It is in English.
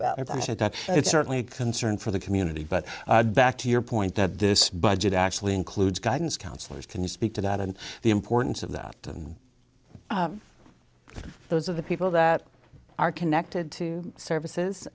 about i said that it's certainly a concern for the community but back to your point that this budget actually includes guidance counselors can you speak to that and the importance of that and those of the people that are connected to services